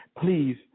please